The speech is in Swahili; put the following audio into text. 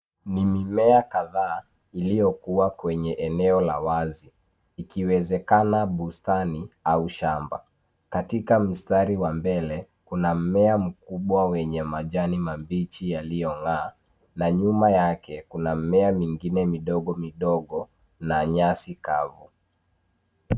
Ni mimea kadhaa iliyokua kwenye eneo la wazi ikiwezekana bustani au shamba. Katika mstari wa mbele kuna mmea mkubwa wenye majani mabichi yaliyong'aa, na nyuma yake kuna mimea mingine midogo midogo na nyasi kavu.